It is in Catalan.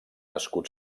escut